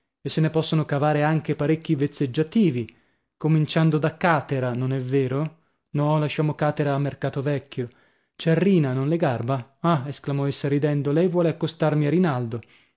e se ne possono cavare anche parecchi vezzeggiativi cominciando da càtera non è vero no lasciamo càtera a mercato vecchio c'è rina non le garba ah esclamò essa ridendo lei vuole accostarmi a rinaldo